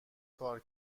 کار